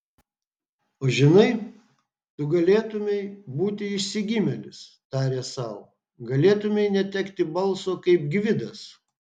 o žinai tu galėtumei būti išsigimėlis tarė sau galėtumei netekti balso kaip gvidas